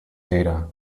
data